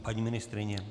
Paní ministryně?